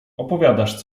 opowiadasz